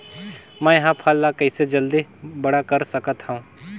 मैं ह फल ला कइसे जल्दी बड़ा कर सकत हव?